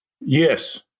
Yes